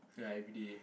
ya everyday